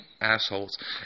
assholes